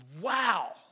wow